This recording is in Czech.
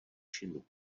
činu